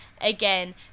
again